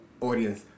audience